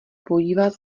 podívat